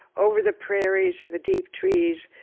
over the prairies and the deep trees,